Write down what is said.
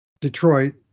Detroit